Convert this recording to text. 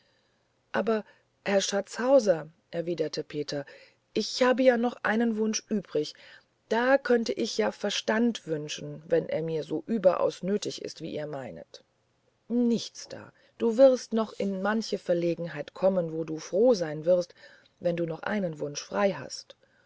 aber herr schatzhauser erwiderte peter ich habe ja noch einen wunsch übrig da könnte ich ja verstand wünschen wenn er mir so überaus nötig ist wie ihr meinet nichts da du wirst noch in manche verlegenheit kommen wo du froh sein wirst wenn du noch einen wunsch frei hast